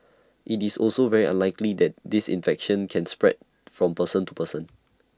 IT is also very unlikely that this infection can spread from person to person